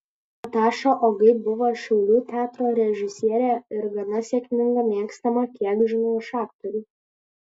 nataša ogai buvo šiaulių teatro režisierė ir gana sėkminga mėgstama kiek žinau iš aktorių